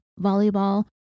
volleyball